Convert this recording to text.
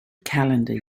calendar